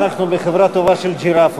אנחנו בחברה טובה של ג'ירפות.